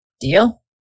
Deal